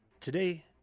today